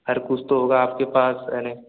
अरे कुछ तो होगा आपके पास में